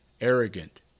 arrogant